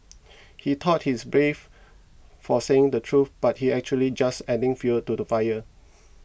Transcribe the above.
he thought he's brave for saying the truth but he's actually just adding fuel to the fire